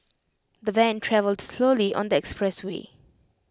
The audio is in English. the van travelled slowly on the expressway